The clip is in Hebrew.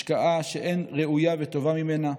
השקעה שאין ראויה וטובה ממנה,